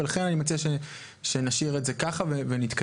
ולכן אני מציע שנשאיר את זה ככה ונתקדם.